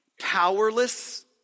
powerless